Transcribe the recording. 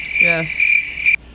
Yes